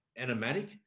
animatic